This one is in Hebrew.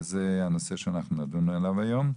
זה הנושא שאנחנו נדון עליו היום.